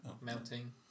Melting